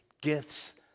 gifts